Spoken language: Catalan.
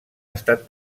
estat